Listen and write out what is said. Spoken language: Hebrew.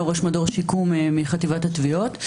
ראש מדור שיקום, חטיבת התביעות.